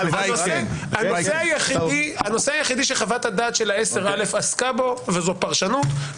הנושא היחיד שחוות-הדעת של 10א עסקה בו זו פרשנות,